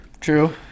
True